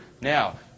now